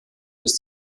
bis